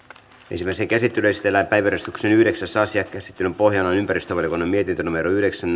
ensimmäiseen käsittelyyn esitellään päiväjärjestyksen yhdeksäs asia käsittelyn pohjana on ympäristövaliokunnan mietintö yhdeksän